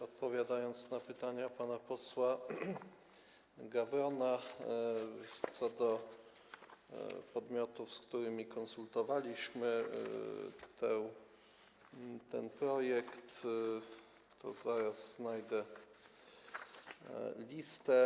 Odpowiadając na pytania pana posła Gawrona co do podmiotów, z którymi konsultowaliśmy ten projekt, to zaraz znajdę listę.